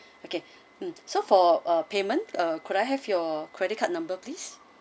okay mm so for a payment ah could I have your credit card number please